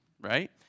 right